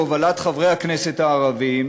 בהובלת חברי הכנסת הערבים,